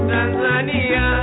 Tanzania